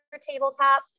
tabletop